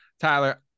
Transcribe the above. Tyler